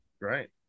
Right